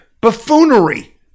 buffoonery